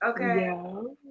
Okay